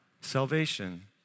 salvation